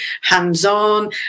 hands-on